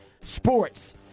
sports